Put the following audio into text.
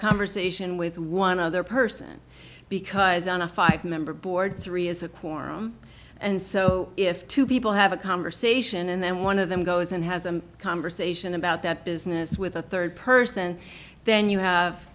conversation with one other person because on a five member board three is a quorum and so if two people have a conversation and then one of them goes and has a conversation about that business with a third person then you have